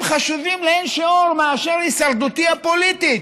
חשובים לאין שיעור מאשר הישרדותי הפוליטית.